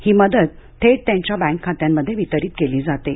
ही मदत थेट त्यांच्या बँक खात्यांमध्ये वितरीत केली जाते